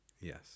Yes